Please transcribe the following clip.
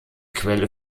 quelle